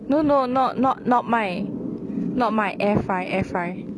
no no not not not 卖 not 卖 air fry air fry